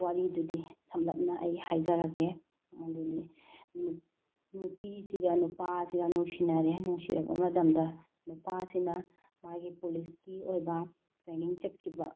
ꯋꯥꯔꯤꯗꯨꯗꯤ ꯁꯝꯂꯞꯅ ꯑꯩ ꯍꯥꯏꯖꯔꯒꯦ ꯃꯗꯨꯗꯤ ꯅꯨꯄꯤꯁꯤꯒ ꯅꯨꯄꯥꯁꯤꯒ ꯅꯨꯡꯁꯤꯅꯔꯦ ꯅꯨꯡꯁꯤꯅꯕ ꯃꯇꯝꯗ ꯅꯨꯄꯥꯁꯤꯅ ꯃꯥꯒꯤ ꯄꯨꯂꯤꯁꯀꯤ ꯑꯣꯏꯕ ꯇ꯭ꯔꯦꯅꯤꯡ ꯆꯠꯈꯤꯕ